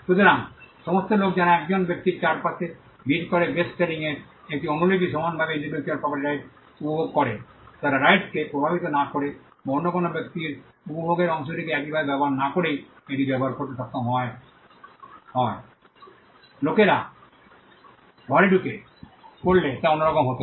সুতরাং সমস্ত লোক যাঁরা একজন ব্যক্তির চারপাশে ভিড় করে বেস্ট সেলিং বইয়ের একটি অনুলিপি সমানভাবে ইন্টেলেকচুয়াল প্রপার্টি রাইটস উপভোগ করে তারা রাইটসকে প্রভাবিত না করে বা অন্য ব্যক্তির উপভোগের অংশটিকে একইভাবে ব্যবহার না করেই এটি ব্যবহার করতে সক্ষম হয় সময় লোকেরা ঘরে ঢুকে পড়লে তা অন্যরকম হত